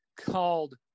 called